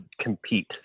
compete